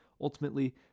Ultimately